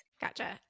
Gotcha